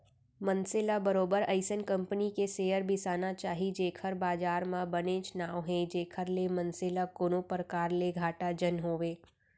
मनसे ल बरोबर अइसन कंपनी क सेयर बिसाना चाही जेखर बजार म बनेच नांव हे जेखर ले मनसे ल कोनो परकार ले घाटा झन होवय